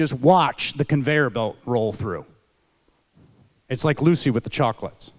just watch the conveyor belt roll through it's like lucy with the chocolates